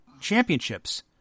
championships